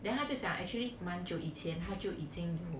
then 她就讲 actually 蛮久以前她就已经